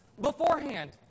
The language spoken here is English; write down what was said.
beforehand